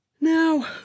now